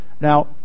Now